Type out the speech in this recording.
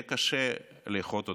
ויהיה קשה לאחות אותו.